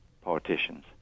politicians